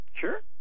Sure